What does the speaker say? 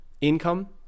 income